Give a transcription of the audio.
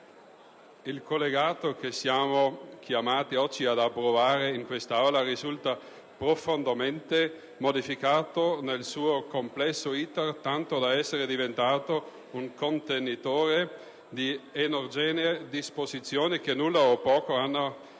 collegato che siamo chiamati oggi ad approvare in quest'Aula risulta profondamente modificato nel suo complesso *iter* tanto da essere diventato un contenitore di eterogenee disposizioni che nulla o poco hanno a